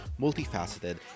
multifaceted